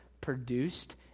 produced